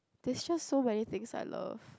there's just so many things I love